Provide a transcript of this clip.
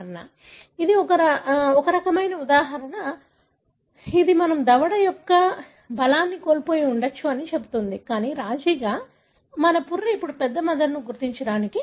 కాబట్టి ఇది ఒక రకమైన ఉదాహరణ ఇది మన దవడ యొక్క బలాన్ని కోల్పోయి ఉండవచ్చు అని చెబుతుంది కానీ రాజీగా మన పుర్రె ఇప్పుడు పెద్ద మెదడును గుర్తించడానికి అనుమతించింది